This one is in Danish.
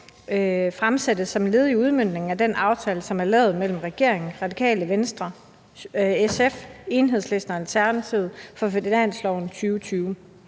fremsættes som led i udmøntningen af den aftale, man har lavet mellem regeringen, Radikale Venstre, SF, Enhedslisten og Alternativet for